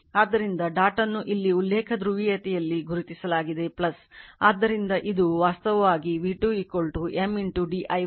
ಆದ್ದರಿಂದ ಡಾಟ್ ಅನ್ನು ಇಲ್ಲಿ ಉಲ್ಲೇಖ ಧ್ರುವೀಯತೆಯಲ್ಲಿ ಗುರುತಿಸಲಾಗಿದೆ ಆದ್ದರಿಂದ ಇದು ವಾಸ್ತವವಾಗಿv2 M d i1 dt